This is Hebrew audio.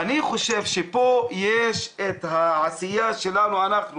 אני חושב שפה יש את העשייה שלנו אנחנו,